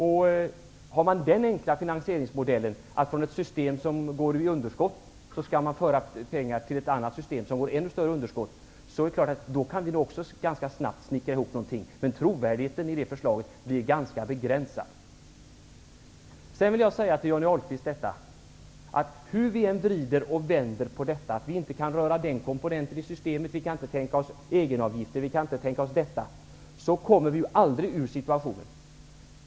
Har man den enkla finansieringsmodellen att från ett system som går med underskott föra över pengar till ett annat system som går med ett ännu större underskott, kan vi också ganska snabbt snickra ihop någonting, men trovärdigheten i ett sådant förslag blir ganska begränsad. Om vi säger att vi inte kan röra den ena eller den andra komponenten i systemet, att vi inte kan tänka oss egenavgifter osv., kommer vi aldrig att kunna ta oss ur den här situationen.